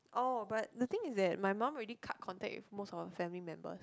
orh but the thing is that my mum already cut contact with most of her family members